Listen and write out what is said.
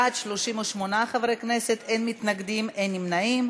בעד, 38 חברי כנסת, אין מתנגדים, אין נמנעים.